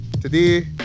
today